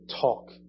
talk